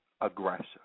aggressive